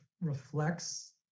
reflects